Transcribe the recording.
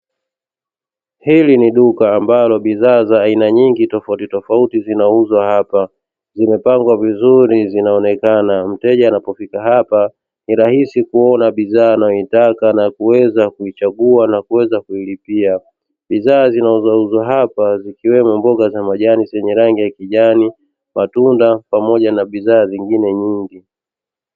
Hili ni duka ambalo bidhaa za aina nyingi tofauti tofauti zinauzwa hapa zimepangwa vizuri zinaonekana mteja anapofika hapa ni rahisi kuona bidhaa anayoitaka na kuweza kuichagua, na kuweza kulipia bidhaa zinazouzwa hapa zikiwemo mboga za majani zenye rangi ya kijani, matunda pamoja na bidhaa zingine nyingi.